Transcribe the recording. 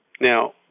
Now